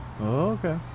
Okay